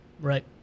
right